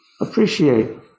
appreciate